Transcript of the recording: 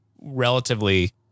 relatively